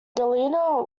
galena